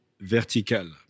vertical